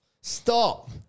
Stop